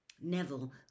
Neville